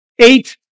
Eight